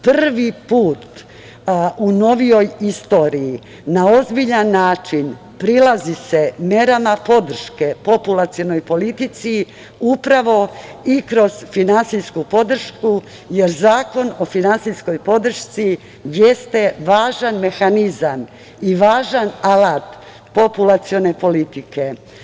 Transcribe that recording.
Prvi put u novijoj istoriji na ozbiljan način prilazi se merama podrške populacionoj politici upravo i kroz finansijsku podršku jer Zakon o finansijskoj podršci jeste važan mehanizam i važan alat populacione politike.